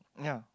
ya